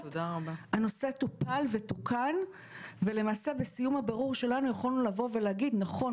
הנושא טופל ותוקן ולמעשה בסיום הבירור שלנו יכולנו לבוא ולהגיד - נכון,